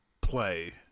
play